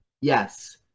Yes